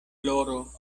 ploro